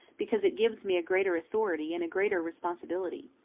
because it gives me a greater authority and a greater responsibility.